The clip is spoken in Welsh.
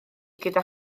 gyda